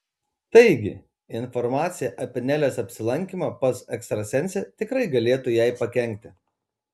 taigi informacija apie nelės apsilankymą pas ekstrasensę tikrai galėtų jai pakenkti